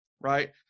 right